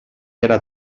era